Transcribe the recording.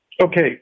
Okay